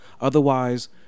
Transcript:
otherwise